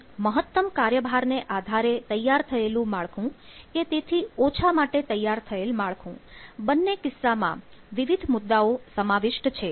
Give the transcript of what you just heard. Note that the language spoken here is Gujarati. આમ મહત્તમ કાર્યભાર ને આધારે તૈયાર થયેલ માળખું કે તેથી ઓછા માટે તૈયાર થયેલ માળખું બંને કિસ્સામાં વિવિધ મુદ્દાઓ સમાવિષ્ટ છે